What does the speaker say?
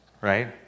Right